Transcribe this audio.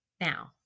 now